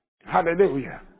Hallelujah